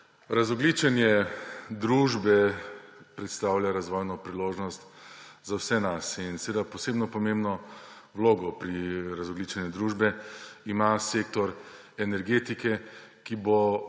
Razogličenje družbe predstavlja razvojno priložnost za vse nas in seveda posebno pomembno vlogo pri razogličenju družbe ima sektor energetike, ki bo